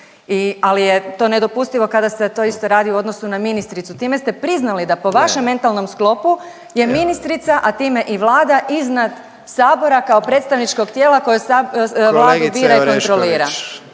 ali je to nedopustivo kada se to isto radi u odnosu na ministricu. Time ste priznali da po vašem mentalnom sklopu je ministrica, a time i Vlada iznad Sabora kao predstavničkog tijela koje Vladu bira i kontrolira.